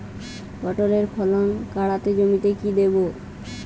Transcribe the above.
পটলের ফলন কাড়াতে জমিতে কি দেবো?